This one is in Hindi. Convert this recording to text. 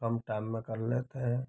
कम टाइम में कर लेते हैं